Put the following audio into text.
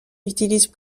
utilise